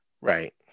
right